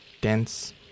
dense